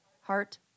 heart